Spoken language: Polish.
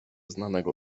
znanego